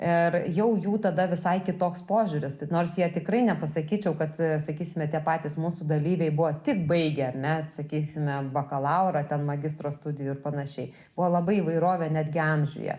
ir jau jų tada visai kitoks požiūris nors jie tikrai nepasakyčiau kad sakysime tie patys mūsų dalyviai buvo tik baigę ar ne sakysime bakalaurą ten magistro studijų ir panašiai buvo labai įvairovė netgi amžiuje